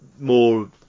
more